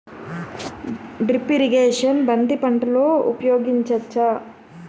Drip irrigation బంతి పంటలో ఊపయోగించచ్చ?